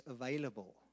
available